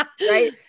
Right